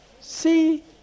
see